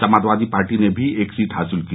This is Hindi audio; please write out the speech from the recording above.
समाजवादी पार्टी ने भी एक सीट हासिल की